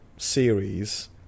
series